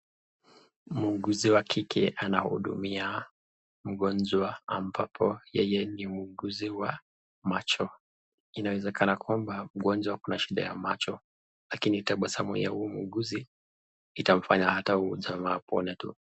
Muuguzi wa kike anahudumia mgonjwa, ambapo yeye ni muuguzi wa macho. Inawezekana kwamba mgonjwa ako na shida ya macho, lakini tabasamu ya huyu muuguzi itamfanya hata huyu jamaa apone tu.